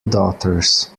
daughters